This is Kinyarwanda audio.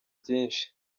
byinshi